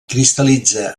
cristal·litza